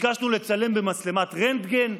ביקשנו לצלם במצלמת רנטגן?